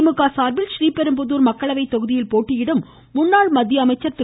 திமுக சார்பில் ரீபெரும்புதூர் மக்களவை தொகுதியில் போட்டியிடும் முன்னாள் மத்திய அமைச்சர் திரு